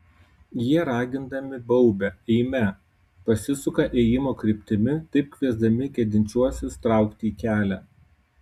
jie ragindami baubia eime pasisuka ėjimo kryptimi taip kviesdami gedinčiuosius traukti į kelią